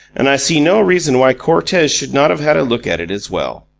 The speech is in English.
and i see no reason why cortez should not have had a look at it as well.